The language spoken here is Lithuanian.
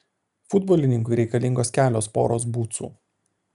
futbolininkui reikalingos kelios poros bucų